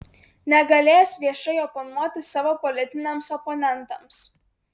negalės viešai oponuoti savo politiniams oponentams